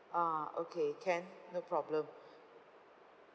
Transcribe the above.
ah okay can no problem